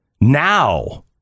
now